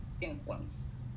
influence